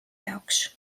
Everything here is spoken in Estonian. jaoks